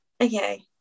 okay